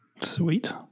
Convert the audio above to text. Sweet